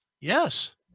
Yes